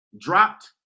dropped